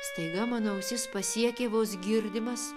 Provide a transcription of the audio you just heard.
staiga mano ausis pasiekė vos girdimas